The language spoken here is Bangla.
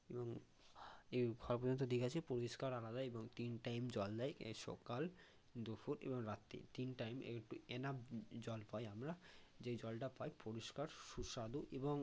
এবং এই ঘর পর্যন্ত দিয়ে গিয়েছে পরিষ্কার আনা যায় এবং তিন টাইম জল দেয় সকাল দুপুর এবং রাত্রি তিন টাইম এই এনাফ জল পাই আমরা যেই জলটা পাই পরিষ্কার সুস্বাদু এবং